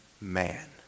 man